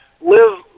Live